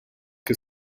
que